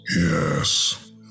Yes